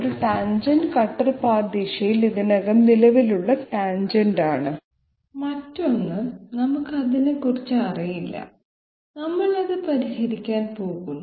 ഒരു tangent cutter path ദിശയിൽ ഇതിനകം നിലവിലുള്ള ടാൻജെന്റ് ആണ് മറ്റൊന്ന് നമുക്ക് അതിനെക്കുറിച്ച് അറിയില്ല നമ്മൾ അത് പരിഹരിക്കാൻ പോകുന്നു